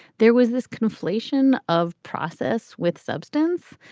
there was this conflation of process with substance.